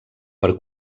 per